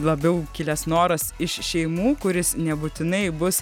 labiau kilęs noras iš šeimų kuris nebūtinai bus